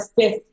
fifth